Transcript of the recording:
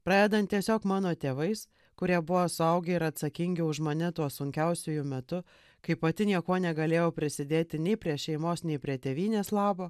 pradedant tiesiog mano tėvais kurie buvo suaugę ir atsakingi už mane tuo sunkiausiu jų metu kai pati niekuo negalėjau prisidėti nei prie šeimos nei prie tėvynės labo